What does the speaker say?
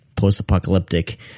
post-apocalyptic